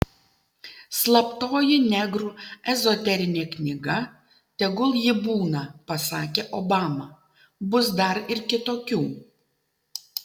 slaptoji negrų ezoterinė knyga tegul ji būna pasakė obama bus dar ir kitokių